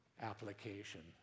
application